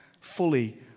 fully